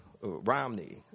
Romney